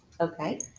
Okay